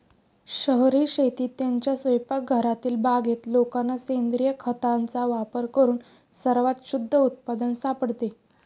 शहरी शेतीत, त्यांच्या स्वयंपाकघरातील बागेत लोकांना सेंद्रिय खताचा वापर करून सर्वात शुद्ध उत्पादन सापडते